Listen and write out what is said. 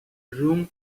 room